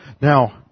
Now